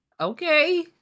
Okay